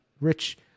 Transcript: Rich